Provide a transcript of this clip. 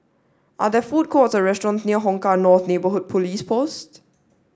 are there food courts or restaurants near Hong Kah North Neighbourhood Police Post